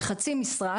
בחצי משרה,